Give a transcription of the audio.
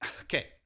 okay